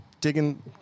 digging